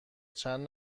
چند